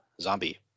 zombie